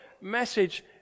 message